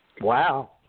Wow